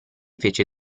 fece